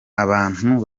abantu